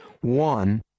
One